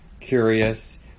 curious